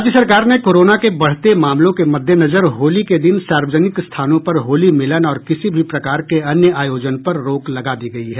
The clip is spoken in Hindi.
राज्य सरकार ने कोरोना के बढ़ते मामलों के मददेनजर होली के दिन सार्वजनिक स्थानों पर होली मिलन और किसी भी प्रकार के अन्य आयोजन पर रोक लगा दी है